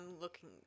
looking